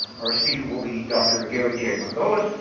our speaker will be dr. gary j. margolis,